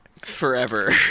Forever